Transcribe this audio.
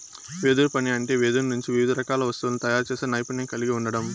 వెదురు పని అంటే వెదురు నుంచి వివిధ రకాల వస్తువులను తయారు చేసే నైపుణ్యం కలిగి ఉండడం